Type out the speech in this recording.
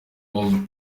old